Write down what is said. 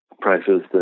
prices